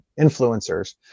influencers